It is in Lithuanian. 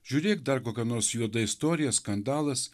žiūrėk dar kokia nors juoda istorija skandalas